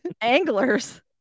anglers